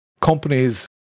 companies